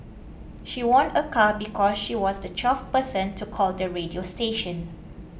she won a car because she was the twelfth person to call the radio station